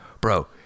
Bro